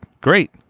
great